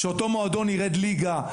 שאותו מועדון יירד ליגה.